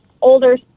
older